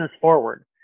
forward